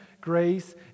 grace